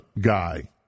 guy